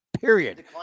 Period